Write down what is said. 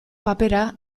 papera